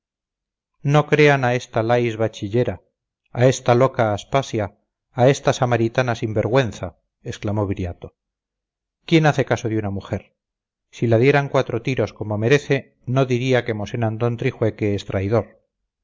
no crean a esta lais bachillera a esta loca aspasia a esta samaritana sin vergüenza exclamó viriato quién hace caso de una mujer si la dieran cuatro tiros como merece no diría que mosén antón trijueque es traidor